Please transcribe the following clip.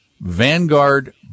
Vanguard